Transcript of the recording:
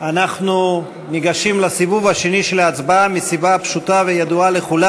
אנחנו ניגשים לסיבוב השני של ההצבעה מסיבה פשוטה וידועה לכולם: